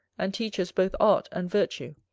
and teaches both art and virtue,